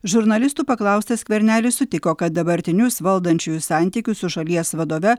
žurnalistų paklaustas skvernelis sutiko kad dabartinius valdančiųjų santykius su šalies vadove